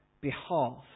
behalf